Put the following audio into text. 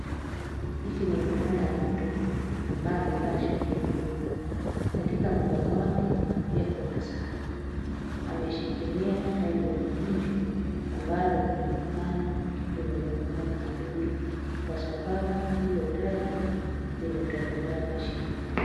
Huu ni mkono wa mtu ambaye amevaa shati ya buluu. Katika mkono wake pia kuna saa. Ameshikilia tawi la mahindi ambalo linaonekana limevamiwa na wadudu kwa sababu hilo tawi limetobolewa shimo.